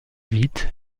vite